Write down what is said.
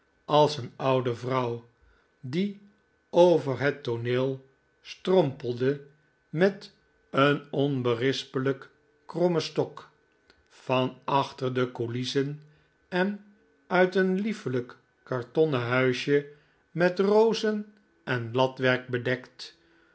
als een oude vrouw die over het tooneel strompelde met een onberispelijk krommen stok van achter de coulissen en uit een liefelijk kartonnen huisje met rozen en latwerk bedekt